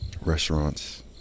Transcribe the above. Restaurants